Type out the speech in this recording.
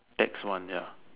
that's one ya